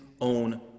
own